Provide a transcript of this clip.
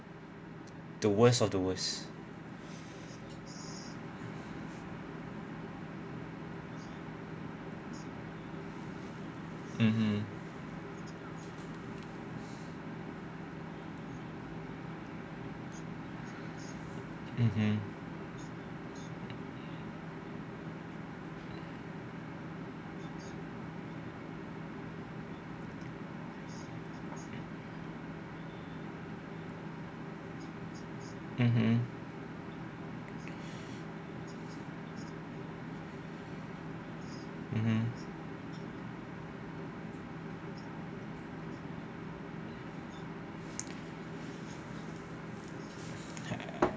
the worst of the worst mmhmm mmhmm mmhmm mmhmm